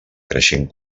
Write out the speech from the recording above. creixent